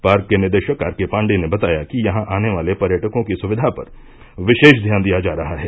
park के निदेशक RK Pandey ने बताया कि यहां आने वाले पर्यटकों की सुविधा पर विशेष ध्यान दिया जा रहा है